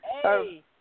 Hey